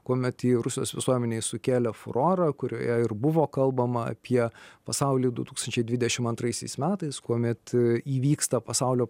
kuomet ji rusijos visuomenėj sukėlė furorą kurioje ir buvo kalbama apie pasaulį du tūkstančiai dvidešim antraisiais metais kuomet įvyksta pasaulio